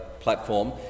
platform